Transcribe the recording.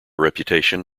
reputation